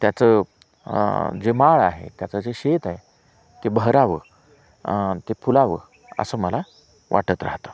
त्याचं जे माळ आहे त्याचं जे शेत आहे ते भरावं ते फुलावं असं मला वाटत राहतं